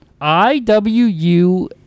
I-W-U-